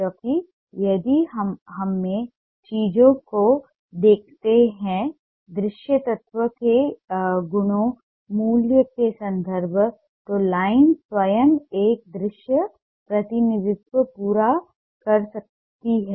क्योंकि यदि हममें चीजों को देखते हैं दृश्य तत्वों के गुणों मूल्य के संदर्भ तो लाइन स्वयं एक दृश्य प्रतिनिधित्व पूरा कर सकती है